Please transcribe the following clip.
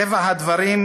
"מטבע הדברים,